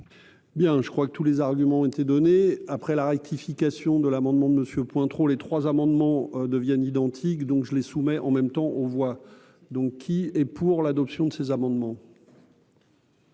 Bien, je crois que tous les arguments ont été données après la rectification de l'amendement de Monsieur Pointereau les trois amendements deviennent identiques, donc je les soumets en même temps on voit donc qui est, pour l'adoption de ces amendements.